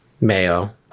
Mayo